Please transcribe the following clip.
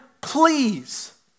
please